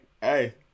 hey